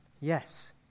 Yes